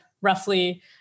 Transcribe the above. roughly